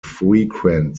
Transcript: frequent